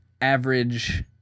average